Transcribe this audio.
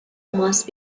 must